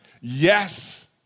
Yes